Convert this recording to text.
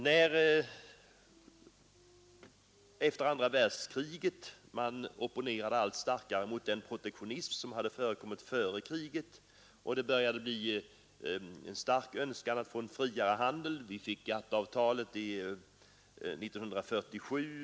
När efter andra världskriget man opponerade allt starkare mot den protektionism som hade förekommit före kriget och det började bli en stark önskan att få en friare handel, fick vi GATT-avtalet 1947.